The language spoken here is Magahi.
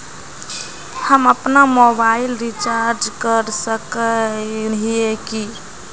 हम अपना मोबाईल रिचार्ज कर सकय हिये की?